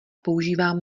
používám